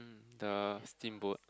the steamboat